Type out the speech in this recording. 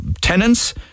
tenants